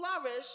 flourish